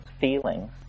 feelings